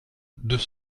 deux